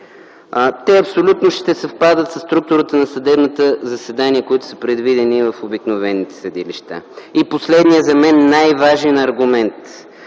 Те абсолютно ще съвпадат със структурата на съдебните заседания, които са предвидени в обикновените съдилища. Последният, за мен най-важен аргумент,